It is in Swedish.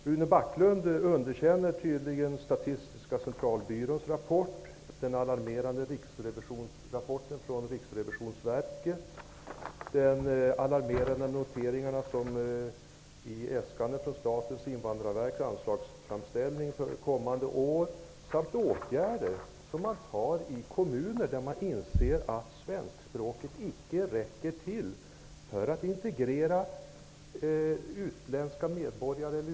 Rune Backlund underkänner tydligen Statistiska centralbyråns rapport, den alarmerande rapporten från Riksrevisionsverket och de alarmerande noteringarna i Statens invandrarverks anslagsframställning för kommande år. Likadant är det med de åtgärder som man nu vidtar i kommuner där man inser att kunskaperna i svenska hos utländska asylsökare inte räcker till för att integrera dem i det svenska samhället.